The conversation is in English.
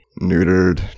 neutered